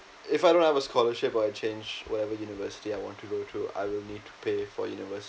if I don't have a scholarship or change whatever university I want to go to I will need to pay for university